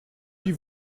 die